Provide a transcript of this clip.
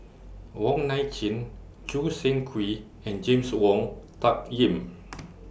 Wong Nai Chin Choo Seng Quee and James Wong Tuck Yim